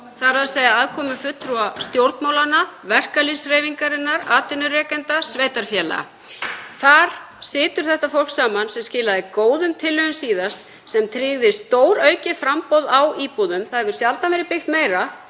þ.e. aðkomu fulltrúa stjórnmálanna, verkalýðshreyfingarinnar, atvinnurekenda, sveitarfélaga. Þar situr þetta fólk saman sem skilaði góðum tillögum síðast, sem tryggði stóraukið framboð á íbúðum. Það hefur sjaldan verið byggt meira